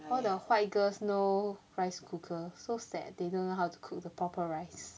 all the white girls no rice cooker so sad they don't know how to cook the proper rice